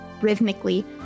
rhythmically